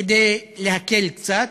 כדי להקל קצת,